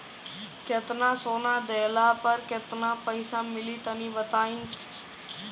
केतना सोना देहला पर केतना पईसा मिली तनि बताई?